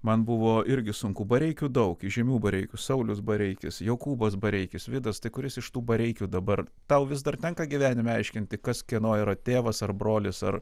man buvo irgi sunku bareikių daug įžymių bareikių saulius bareikis jokūbas bareikis vidas tai kuris iš tų bareikių dabar tau vis dar tenka gyvenime aiškinti kas kieno yra tėvas ar brolis ar